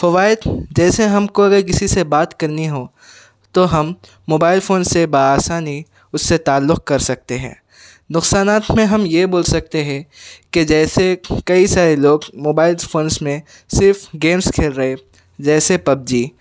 فوائد جیسے ہم کو اگر کسی سے بات کرنی ہو تو ہم موبائل فون سے بآسانی اس سے تعلق کر سکتے ہیں نقصانات میں ہم یہ بول سکتے ہیں کہ جیسے کئی سارے لوگ موبائل فونس میں صرف گیمس کھیل رہے جیسے پپ جی